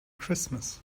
christmas